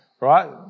right